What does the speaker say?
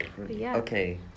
Okay